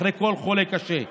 אחרי כל חולה קשה.